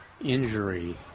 injury